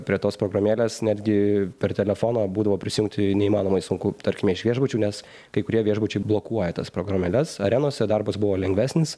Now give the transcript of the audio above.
prie tos programėlės netgi per telefoną būdavo prisijungti neįmanomai sunku tarkime iš viešbučių nes kai kurie viešbučiai blokuoja tas programėles arenose darbas buvo lengvesnis